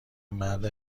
مرد